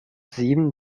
sieben